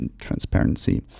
transparency